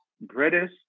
British